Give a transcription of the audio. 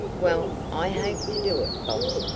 well, i hate to do it, boss,